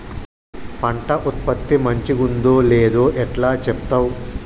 పంట ఉత్పత్తి మంచిగుందో లేదో ఎట్లా చెప్తవ్?